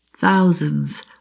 Thousands